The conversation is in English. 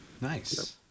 Nice